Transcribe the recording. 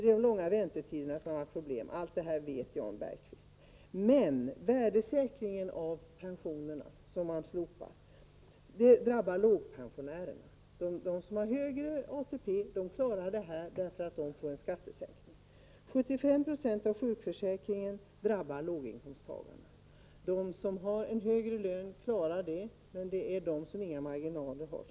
De långa väntetiderna är ett problem. Allt det här vet Jan Bergqvist. Men den slopade värdesäkringen av pensionerna drabbar lågpensionärerna. De som har en hög ATP klarar problemet, eftersom det får en skattesänkning. Bestämmelsen om 75 % när det gäller sjukförsäkringen drabbar låginkomstagarna. De som har en högre lön klarar problemet, men de som inte har några marginaler drabbas.